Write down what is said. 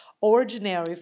ordinary